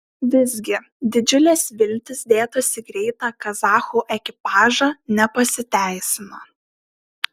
visgi didžiulės viltys dėtos į greitą kazachų ekipažą nepasiteisino